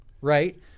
Right